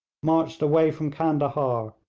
marched away from candahar,